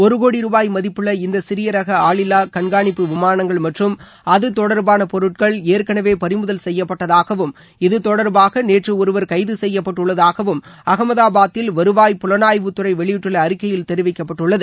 ஒரு கோடி ரூபாய் மதிப்புள்ள இந்த சிறிய ரக ஆளில்லா கண்காணிப்பு விமானங்கள் மற்றும் அது தொடர்பாள பொருட்கள் ஏற்களவே பறிமுதல் செய்யப்பட்டதாகவும் இது தொடர்பாக நேற்று ஒருவர் கைது செய்யப்பட்டுள்ளதாகவும் அகமதாபாத்தில் வருவாய் புலனாய்வுத்துறை வெளியிட்டுள்ள அறிக்கையில் தெரிவிக்கப்பட்டுள்ளது